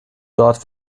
dort